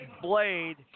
blade